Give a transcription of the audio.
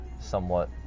somewhat